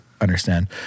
understand